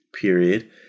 period